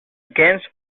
games